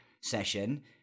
session